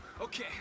Okay